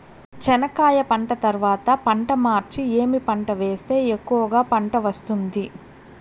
చెనక్కాయ పంట తర్వాత పంట మార్చి ఏమి పంట వేస్తే ఎక్కువగా పంట వస్తుంది?